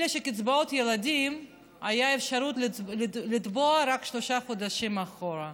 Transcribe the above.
אלא שקצבאות ילדים הייתה אפשרות לתבוע רק שלושה חודשים אחורה.